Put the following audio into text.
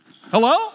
Hello